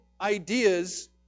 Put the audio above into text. ideas